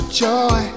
joy